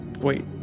wait